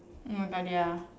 know that you're